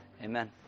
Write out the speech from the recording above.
Amen